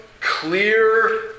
clear